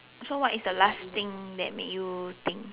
so what is the last thing that made you think